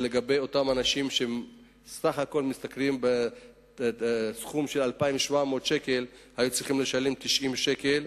אנשים שמשתכרים בסך הכול 2,700 שקל היו צריכים לשלם 90 שקל.